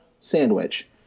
sandwich